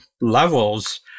levels